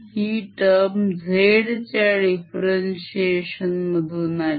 हि term z च्या differentiation मधून आली